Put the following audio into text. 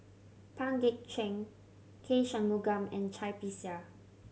Pang Guek Cheng K Shanmugam and Cai Bixia